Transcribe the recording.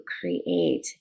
create